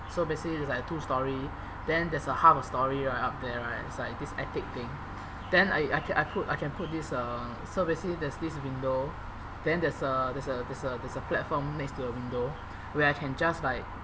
so basically it's like two storey then there's a half a storey right up there right so like this attic thing then I I ca~ I put I can put this uh so basically there's this window then there's a there's a there's a there's a platform next to the window where I can just like